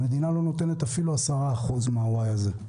המדינה לא נותנת אפילו 10% מהסכום הזה,